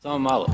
Samo malo.